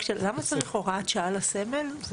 הוראת שעה לסמל?